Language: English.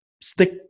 stick